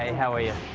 and how are you?